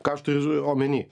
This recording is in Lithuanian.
ką aš turiu omeny